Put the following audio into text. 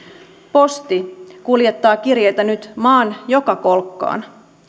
posti kuljettaa kirjeitä nyt maan joka kolkkaan